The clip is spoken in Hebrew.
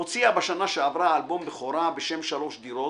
הוציאה בשנה שעברה אלבום בכורה בשם "שלוש דירות",